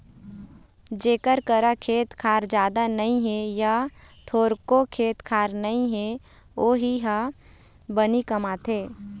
जेखर करा खेत खार जादा नइ हे य थोरको खेत खार नइ हे वोही ह बनी कमाथे